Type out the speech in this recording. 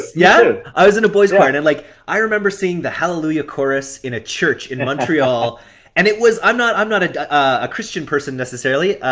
yeah, i was in a boy's choir and like i remember singing the hallelujah chorus in a church in montreal and it was. i'm not i'm not a christian person necessarily,